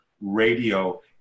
Radio